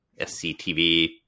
SCTV